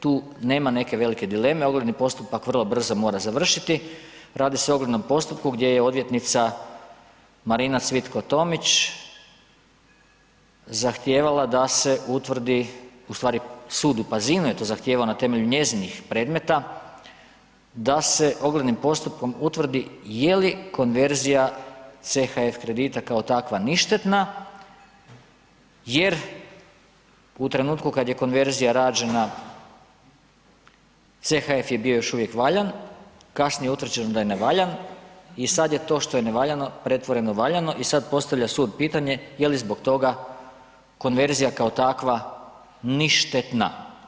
Tu nema neke velike dileme, ogledni postupak vrlo brzo mora završiti, radi se o oglednom postupku gdje je odvjetnica Marina Cvitko Tomić zahtijevala da se utvrdi, u stvari sud u Pazinu je to zahtijevao na temelju njezinih predmeta, da se oglednim postupkom utvrdi je li konverzija CHF kredita kao takva ništetna jer u trenutku kad je konverzija rađena CHF je bio još uvijek valjan, kasnije je utvrđeno da je nevaljan i sad je to što je nevaljano pretvoreno valjano i sad postavlja sud pitanje je li zbog toga konverzija kao takva ništetna.